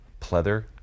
Pleather